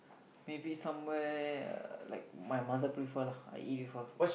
maybe somewhere uh like my mother prefer lah I eat with her